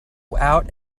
out